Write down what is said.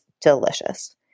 delicious